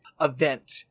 event